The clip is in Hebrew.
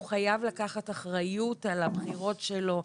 הוא חייב לקחת אחריות על הבחירות שלו,